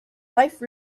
life